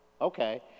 okay